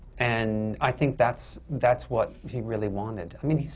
and i think that's that's what he really wanted. i mean,